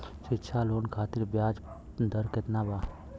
शिक्षा लोन खातिर ब्याज दर केतना बा?